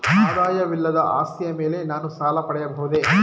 ಆದಾಯವಿಲ್ಲದ ಆಸ್ತಿಯ ಮೇಲೆ ನಾನು ಸಾಲ ಪಡೆಯಬಹುದೇ?